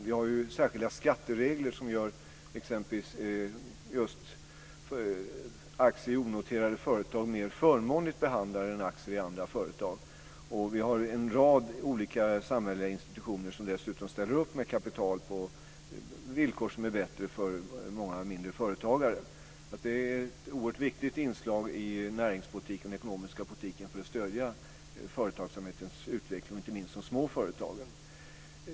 Vi har särskilda skatteregler som gör exempelvis just aktier i onoterade företag mer förmånligt behandlade än aktier i andra företag. Vi har en rad olika samhälleliga institutioner som dessutom ställer upp med kapital på villkor som är bättre för många mindre företagare. Det är ett oerhört viktigt inslag i näringspolitiken och den ekonomiska politiken för att stödja företagsamhetens utveckling, inte minst de små företagen.